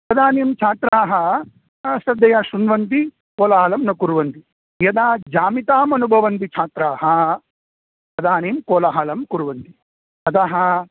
तदानीं छात्राः श्रद्धया श्रण्वन्ति कोलाहलं न कुर्वन्ति यदा ज्यामितामनुभवन्ति छात्राः तदानीं कोलाहलं कुर्वन्ति अतः